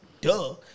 Duh